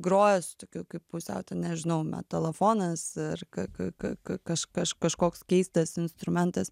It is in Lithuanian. du groja su tokiu kaip pusiau ten nežinau metalofonas ar k k k k kaž kaž kažkoks keistas instrumentas